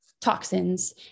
toxins